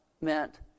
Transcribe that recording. meant